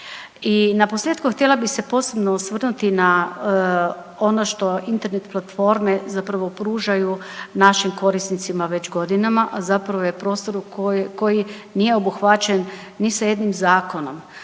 I na posljetku htjela bih se posebno osvrnuti na ono što Internet platforme pružaju našim korisnicima već godinama, a zapravo je prostor koji nije obuhvaćen ni sa jednim zakonom,